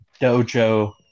dojo